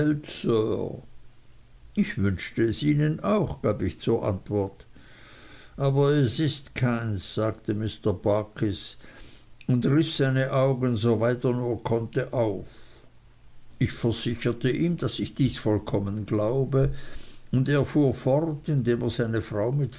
ich wünschte es ihnen auch gab ich zur antwort aber es ist keins sagte mr barkis und riß seine augen soweit er nur konnte auf ich versicherte ihm daß ich dies vollkommen glaube und er fuhr fort indem er seine frau mit